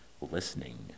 listening